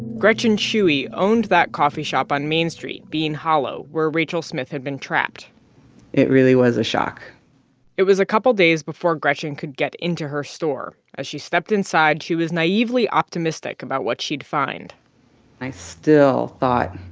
gretchen shuey owned that coffee shop on main street, bean hollow, where rachel smith had been trapped it really was a shock it was a couple days before gretchen could get into her store. as she stepped inside, she was naively optimistic about what she'd find i still thought,